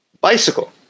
bicycle